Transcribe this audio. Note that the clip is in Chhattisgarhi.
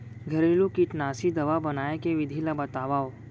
घरेलू कीटनाशी दवा बनाए के विधि ला बतावव?